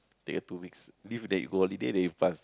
take a two week leave then you go holiday then you pass